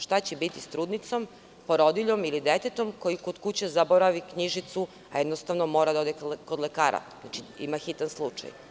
Šta će biti sa trudnicom, porodiljom ili detetom koji kod kuće zaboravi knjižicu a mora da ode kod lekara, ima hitan slučaj?